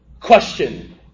question